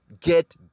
get